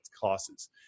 classes